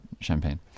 champagne